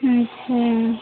ठीक है